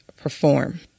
perform